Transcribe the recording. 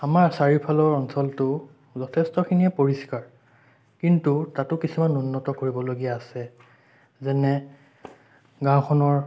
আমাৰ চাৰিওফালৰ অঞ্চলটো যথেষ্টখিনিয়ে পৰিষ্কাৰ কিন্তু তাতো কিছুমান উন্নত কৰিবলগীয়া আছে যেনে গাওঁখনৰ